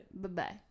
Bye-bye